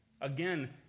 again